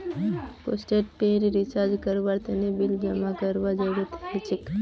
postpaid recharge करवार तने bill जमा करवार जरूरत हछेक